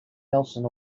nelson